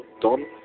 Don